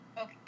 Okay